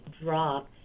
drop